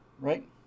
right